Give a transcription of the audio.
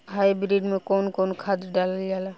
Hybrid में कउन कउन खाद डालल जाला?